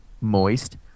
moist